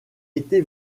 été